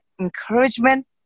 encouragement